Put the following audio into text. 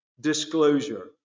disclosure